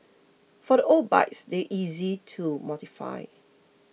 for the old bikes they're easy to modify